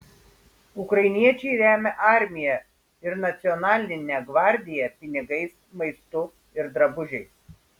ukrainiečiai remia armiją ir nacionalinę gvardiją pinigais maistu ir drabužiais